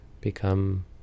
become